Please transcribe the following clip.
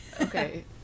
Okay